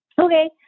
Okay